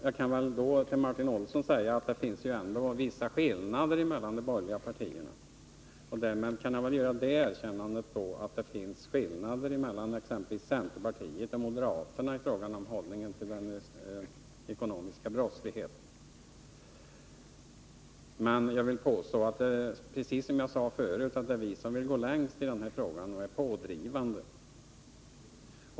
Jag kanske kan göra den distinktionen att det finns vissa skillnader mellan de borgerliga partierna och därmed ge Martin Olsson det erkännandet att det finns skillnader mellan exempelvis centerpartiet och moderaterna när det gäller hållningen till den ekonomiska brottsligheten. Jag vill påstå — och jag sade det förut — att det är vi som vill gå längst i denna fråga och är pådrivande.